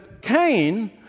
Cain